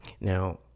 Now